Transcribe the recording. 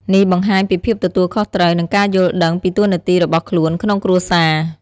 នេះបង្ហាញពីភាពទទួលខុសត្រូវ និងការយល់ដឹងពីតួនាទីរបស់ខ្លួនក្នុងគ្រួសារ។